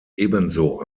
ebenso